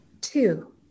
Two